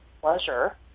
pleasure